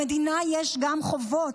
במדינה יש גם חובות.